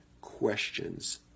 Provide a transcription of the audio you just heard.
questions